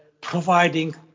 providing